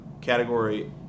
category